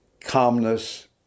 calmness